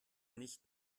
nicht